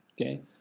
Okay